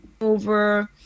Over